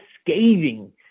scathing